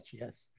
yes